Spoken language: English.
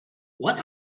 what